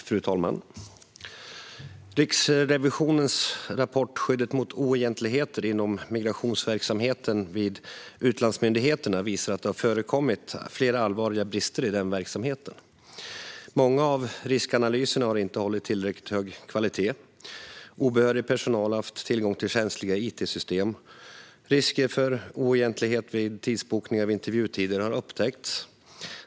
Fru talman! Riksrevisionens rapport Skyddet mot oegentligheter inom migrationsverksamheten vid utlandsmyndigheterna visar att det har förekommit flera allvarliga brister i den verksamheten. Många av riskanalyserna har inte hållit tillräckligt hög kvalitet. Obehörig personal har haft tillgång till känsliga it-system. Risker för oegentlighet vid bokningen av intervjutider har upptäckts.